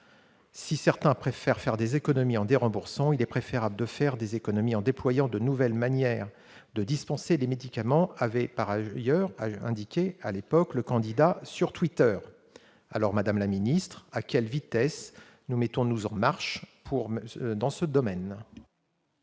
Si certains préfèrent faire des économies en déremboursant, il est préférable de faire des économies en déployant de nouvelles manières de dispenser les médicaments », avait également indiqué le candidat sur Twitter. Madame la ministre, à quelle vitesse nous mettons-nous « en marche » dans ce domaine ?